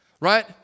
right